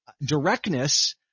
directness